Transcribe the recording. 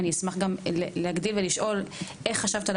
אני גם אשמח להגיד ולשאול: איך חשבת על